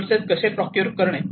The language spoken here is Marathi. रिसोर्सेस कसे प्रॉक्योर करणे